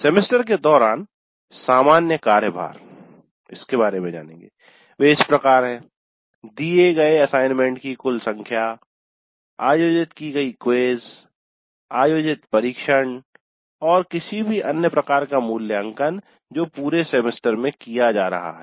semester के दौरान सामान्य कार्य भार वे इस प्रकार है दिए गए असाइनमेंट की कुल संख्या आयोजित कि गयी क्विज़ आयोजित परीक्षण और किसी भी अन्य प्रकार का मूल्यांकन जो पूरे सेमेस्टर में किया जा रहा है